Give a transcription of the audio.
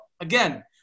Again